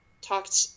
talked